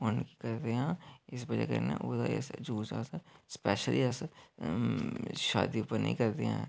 इस बजह कन्नै ओह्दा असें यूज अस स्पेशली अस शादी उप्पर नेईं करदे आं